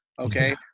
Okay